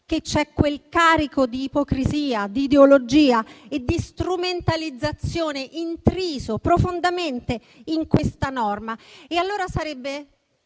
che c'è quel carico di ipocrisia, di ideologia e di strumentalizzazione intriso profondamente in questa norma. Se io mantenessi